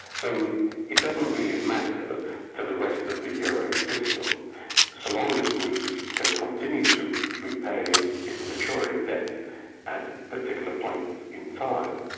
so it doesn't really matter to the rest of the euro system so long as greece can continue to repay its maturing debts at particular points in time.